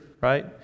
right